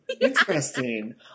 interesting